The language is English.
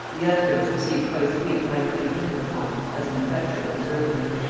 the antidotes received twice a week might be depended upon as an effectual preservative.